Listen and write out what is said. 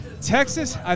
Texas